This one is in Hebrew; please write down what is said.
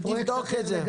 היא תבדוק את זה.